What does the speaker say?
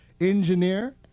engineer